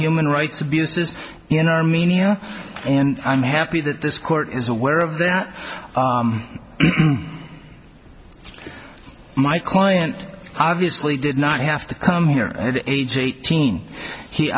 human rights abuses in armenia and i'm happy that this court is aware of that my client obviously did not have to come here and age eighteen he